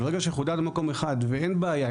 אבל ברגע שחודד במקום אחד ואין בעיה,